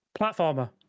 platformer